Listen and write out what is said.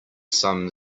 some